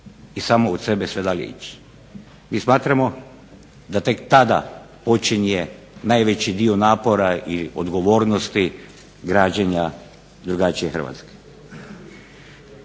i samo od sebe sve dalje ići. Mi smatramo da tek tada počinje najveći dio napora i odgovornosti građenja drugačije Hrvatske.